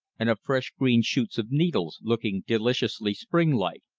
and of fresh green shoots of needles, looking deliciously springlike.